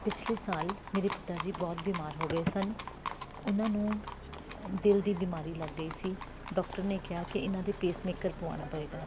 ਪਿਛਲੇ ਸਾਲ ਮੇਰੇ ਪਿਤਾ ਜੀ ਬਹੁਤ ਬਿਮਾਰ ਹੋ ਗਏ ਸਨ ਉਹਨਾਂ ਨੂੰ ਦਿਲ ਦੀ ਬਿਮਾਰੀ ਲੱਗ ਗਈ ਸੀ ਡਾਕਟਰ ਨੇ ਕਿਹਾ ਕਿ ਇਹਨਾਂ ਦੇ ਪੇਸਮੇਕਰ ਪਵਾਉਣਾ ਪਏਗਾ